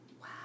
Wow